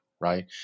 right